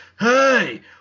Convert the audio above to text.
hey